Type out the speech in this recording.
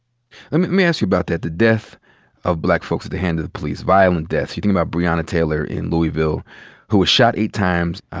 let me ask you about that, the death of black folks at the hand of the police. violent deaths. you think about breonna taylor in louisville who was shot eight times,